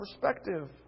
perspective